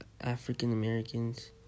African-Americans